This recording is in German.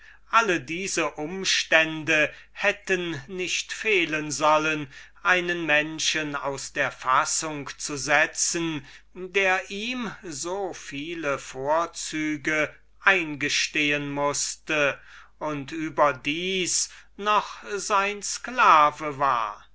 alle diese umstände hätten nicht fehlen sollen einen menschen aus der fassung zu setzen der ihm so viele vorzüge eingestehen mußte und überdas noch sein sklave war